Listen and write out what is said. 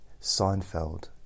Seinfeld